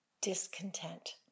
discontent